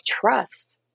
trust